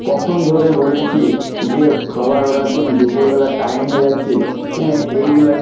কখন ধরে বলেছি যে খাবার অর্ডার দিন দুপুরবেলা টাইম হয়ে যাচ্ছে হ্যাঁ এইগুলো